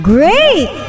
Great